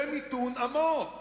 זה מיתון עמוק.